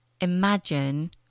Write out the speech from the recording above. imagine